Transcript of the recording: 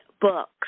books